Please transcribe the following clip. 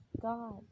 God